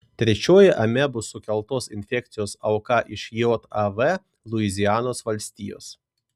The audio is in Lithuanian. trečioji amebų sukeltos infekcijos auka iš jav luizianos valstijos